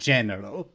General